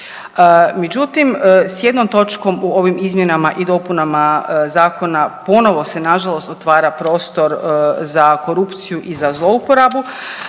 Međutim, s jednom točkom u ovim izmjenama i dopunama Zakona ponovo se nažalost, otvara prostor za korupciju i za zlouporabu